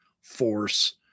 force